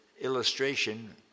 Illustration